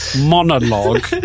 monologue